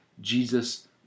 Jesus